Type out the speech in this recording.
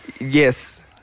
Yes